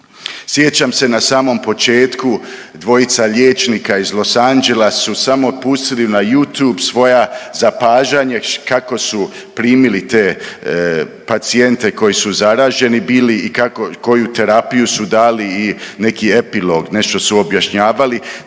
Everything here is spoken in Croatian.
Sjećam se na samom početku dvojca liječnika iz Los Angelesa su samo pustili na Youtube svoja zapažanja kako su primili te pacijente koji su zaraženi bili i kako, i koju terapiju su dali i neki epilog, nešto su objašnjavali.